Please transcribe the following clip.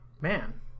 Man